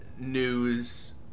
news